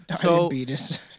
Diabetes